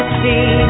see